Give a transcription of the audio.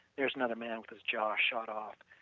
there is another man with his jaw shot off.